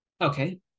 okay